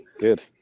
Good